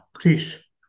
please